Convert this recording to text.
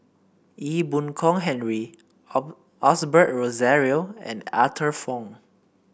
Ee Boon Kong Henry Osbert Rozario and Arthur Fong